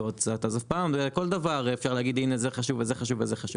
על כל דבר אפשר להגיד שזה חשוב וזה חשוב.